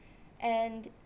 and